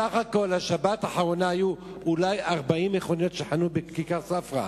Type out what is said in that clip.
בסך הכול בשבת האחרונה היו אולי 40 מכוניות שחנו בכיכר ספרא.